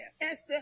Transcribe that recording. Esther